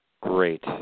Great